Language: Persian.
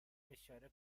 اشاره